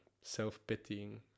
self-pitying